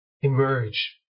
emerge